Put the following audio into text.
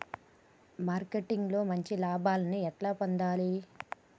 Marketing లో మంచి లాభాల్ని ఎట్లా పొందాలి?